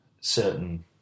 certain